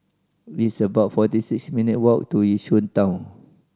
it's about forty six minutes' walk to Yishun Town